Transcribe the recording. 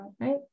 right